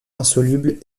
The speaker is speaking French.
insoluble